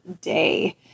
day